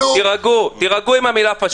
תירגעו, תירגעו עם המילה פשיסט.